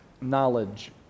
Knowledge